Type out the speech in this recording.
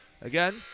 Again